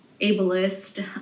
ableist